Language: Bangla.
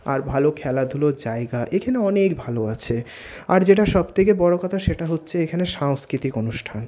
আর ভালো খেলাধুলার জায়গা এখানে অনেক ভালো আছে আর যেটা সব থেকে বড়ো কথা সেটা হচ্ছে এখানে সাংস্কৃতিক অনুষ্ঠান